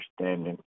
understanding